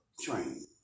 training